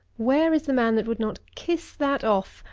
where is the man that would not kiss that off,